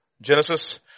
Genesis